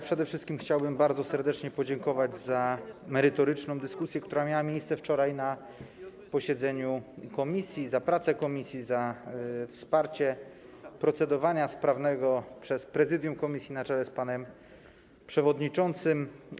Przede wszystkim chciałbym bardzo serdecznie podziękować za merytoryczną dyskusję, która miała miejsce wczoraj na posiedzeniu komisji, za pracę komisji, za wsparcie sprawnego procedowania przez prezydium komisji na czele z panem przewodniczącym.